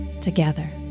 together